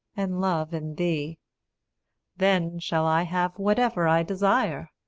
and love in thee then shall i have whatever i desire,